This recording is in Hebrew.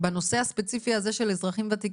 בנושא הספציפי הזה של אזרחים ותיקים,